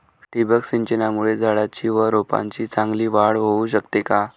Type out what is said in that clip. ठिबक सिंचनामुळे झाडाची व रोपांची चांगली वाढ होऊ शकते का?